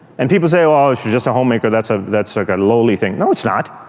and people say, oh, she's just a homemaker, that's ah that's like a lowly thing. no it's not!